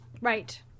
Right